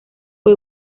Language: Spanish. fue